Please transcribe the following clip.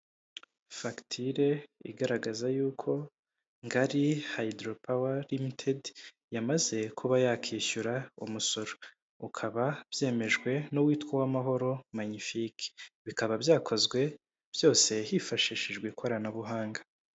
Fagitire igaragaza yuko Ngari hayidoro pawa rimitedi, yamaze kuba yakishyura umusoro, bikaba byemejwe n'uwitwa Uwamahoro Magnifique, bikaba byakozwe byose hifashishijwe ikoranabuhanga.